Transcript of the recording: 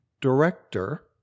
director